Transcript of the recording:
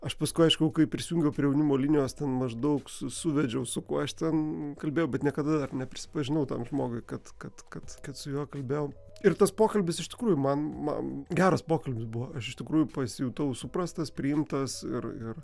aš paskui aišku kai prisijungiau prie jaunimo linijos ten maždaug su suvedžiau su kuo aš ten kalbėjau bet niekada dar neprisipažinau tam žmogui kad kad kad kad su juo kalbėjau ir tas pokalbis iš tikrųjų man man geras pokalbis buvo iš tikrųjų pasijutau suprastas priimtas ir ir